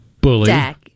Bully